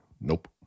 Nope